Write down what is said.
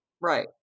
Right